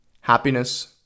happiness